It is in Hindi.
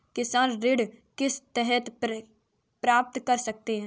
किसान ऋण किस तरह प्राप्त कर सकते हैं?